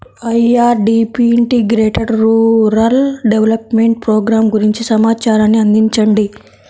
IRDP integrated rural development programme గురించి సమాచారాన్ని అందించండి?